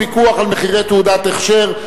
פיקוח על מחירי תעודת הכשר),